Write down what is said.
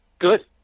Good